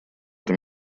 это